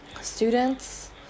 students